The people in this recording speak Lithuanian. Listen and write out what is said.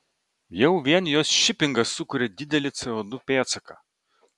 jau vien jos šipingas sukuria didelį co du pėdsaką